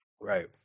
Right